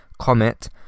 comet